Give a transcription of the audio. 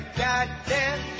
goddamn